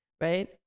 right